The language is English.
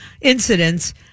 incidents